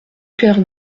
père